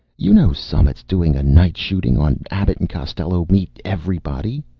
you know summit's doing night shooting on abbott and costello meet everybody.